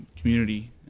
community